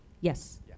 Yes